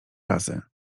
razy